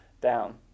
down